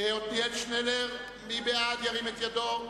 ההסתייגות של חבר הכנסת מאיר שטרית לסעיף 04,